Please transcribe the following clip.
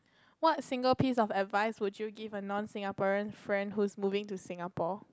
what single piece of advice would you give a non Singaporean friend who's moving to Singapore